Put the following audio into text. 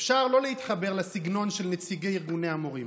אפשר לא להתחבר לסגנון של נציגי ארגוני המורים